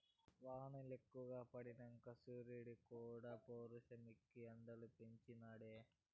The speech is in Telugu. వానలెక్కువ పడినంక సూరీడుక్కూడా పౌరుషమెక్కి ఎండలు పెంచి నాడే